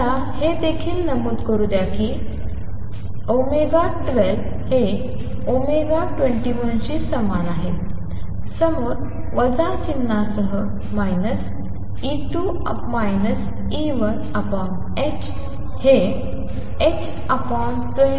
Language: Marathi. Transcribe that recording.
मला हे देखील नमूद करू द्या की 12 हे 21 शी समान आहे समोर वजा चिन्हासह ℏ ह h2πआहे